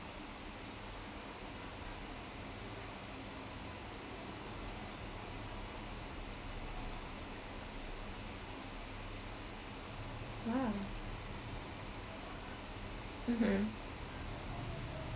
!wow! mmhmm